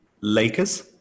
Lakers